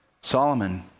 Solomon